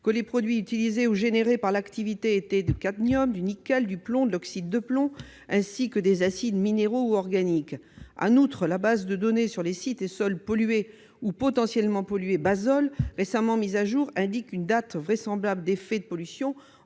de 1936 à 1984, a utilisé ou généré du cadmium, du nickel, du plomb et de l'oxyde de plomb, ainsi que des acides minéraux et organiques. En outre, la base de données sur les sites et sols pollués ou potentiellement pollués, Basol, récemment mise à jour, indique comme date vraisemblable des faits de pollution